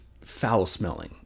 foul-smelling